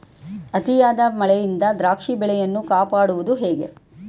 ಅತಿಯಾದ ಮಳೆಯಿಂದ ದ್ರಾಕ್ಷಿ ಬೆಳೆಯನ್ನು ಕಾಪಾಡುವುದು ಹೇಗೆ?